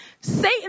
Satan